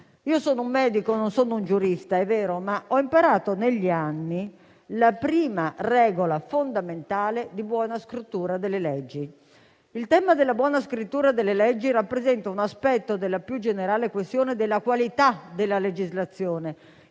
Io sono un medico, non sono una giurista, è vero, ma ho imparato negli anni la prima regola fondamentale della buona scrittura delle leggi. Il tema della buona scrittura delle leggi rappresenta un aspetto della più generale questione della qualità della legislazione,